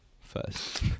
first